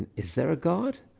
is there a god?